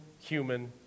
human